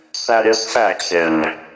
Satisfaction